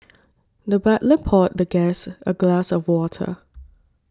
the butler poured the guest a glass of water